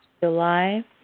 July